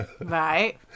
Right